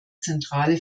zentrale